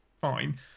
fine